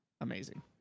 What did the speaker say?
amazing